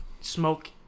smoke